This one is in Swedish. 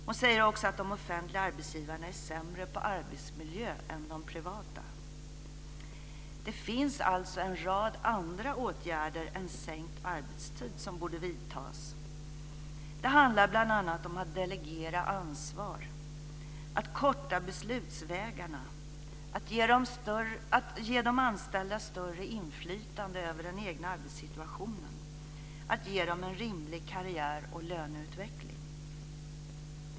Hon säger också att de offentliga arbetsgivarna är sämre på arbetsmiljö än de privata. Det finns alltså en rad andra åtgärder än sänkt arbetstid som borde vidtas. Det handlar bl.a. om att delegera ansvar, att korta beslutsvägarna, att ge de anställda större inflytande över den egna arbetssituationen, att ge dem en rimlig karriär och löneutveckling.